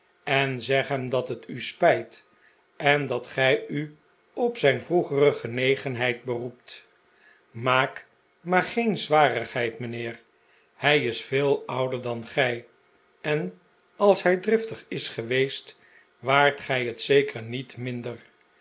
en zeg hem dat het u spijt en dat gij u op zijn vroegere genegenheid beroept maak maar geen zwarigheid mijnheer hij is veel ouder dan gij en als hij driftig is geweest waart gij het zeker niet minder